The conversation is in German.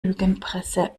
lügenpresse